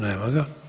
Nema ga.